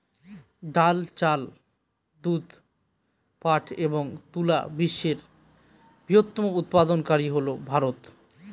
ডাল, চাল, দুধ, পাট এবং তুলা বিশ্বের বৃহত্তম উৎপাদনকারী হল ভারত